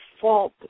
fault